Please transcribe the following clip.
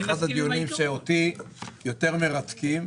הדיונים שאותי יותר מרתקים.